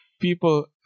people